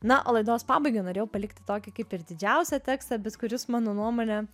na o laidos pabaigai norėjau palikti tokį kaip ir didžiausią tekstą bet kuris mano nuomone